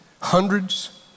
Hundreds